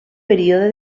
període